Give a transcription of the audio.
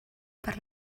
per